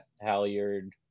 Halyard